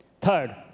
Third